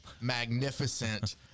magnificent